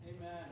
Amen